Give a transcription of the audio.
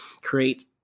create